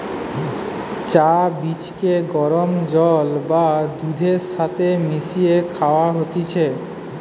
চা বীজকে গরম জল বা দুধের সাথে মিশিয়ে খায়া হতিছে